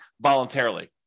voluntarily